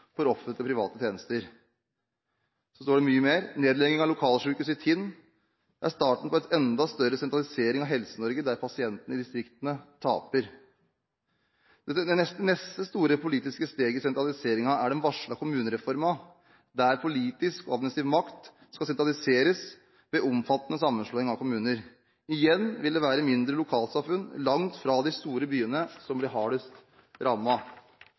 for offentlige og private tjenester. I brevet heter det også at nedlegging av lokalsykehuset i Tinn er starten på en enda større sentralisering av Helse-Norge, der pasientene i distriktene taper, og at det neste store politiske steget i sentraliseringen, er den varslede kommunereformen, der politisk og administrativ makt skal sentraliseres ved omfattende sammenslåing av kommuner. Igjen vil det være mindre lokalsamfunn langt fra de store byene som blir hardest